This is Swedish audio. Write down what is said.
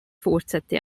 fortsätter